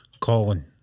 Colin